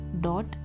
dot